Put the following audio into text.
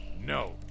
No